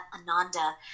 Ananda